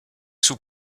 sous